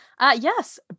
Yes